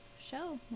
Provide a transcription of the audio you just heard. show